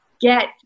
get